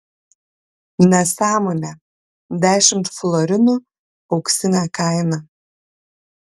nesąmonė dešimt florinų auksinė kaina